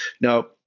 Now